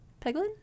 Peglin